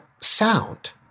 sound